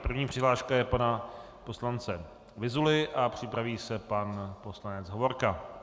První přihláška je pana poslance Vyzuly a připraví se pan poslanec Hovorka.